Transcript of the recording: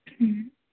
હમ